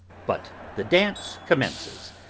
but the dance commences.